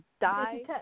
die